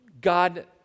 God